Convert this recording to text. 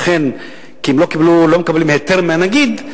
כי הם לא מקבלים היתר מהנגיד,